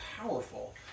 powerful